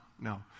no